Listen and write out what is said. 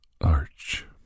arch